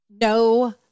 no